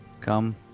Come